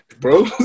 Bro